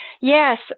Yes